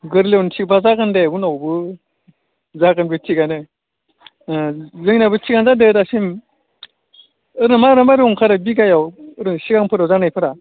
गोरलैयावनो थिगब्ला जागोन दे उनावबो जागोन बे थिगानो जोंनाबो थिगानो जादो दासिम ओरै मारै मारै ओंखारो बिगायाव ओरै सिगांफोराव जानायफोरा